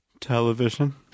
Television